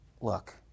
look